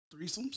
threesomes